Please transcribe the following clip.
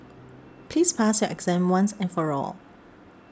please pas exam once and for all